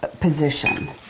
position